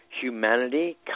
humanity